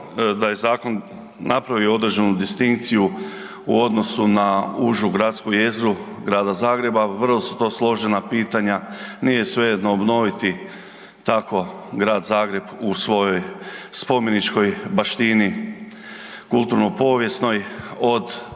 da je zakon napravio određenu distinkciju u odnosu na užu gradsku jezgru grada Zagreba, vrlo su to složena pitanja, nije svejedno obnoviti tako grad Zagreb u svojoj spomeničkoj baštini, kulturno-povijesnoj od